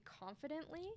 confidently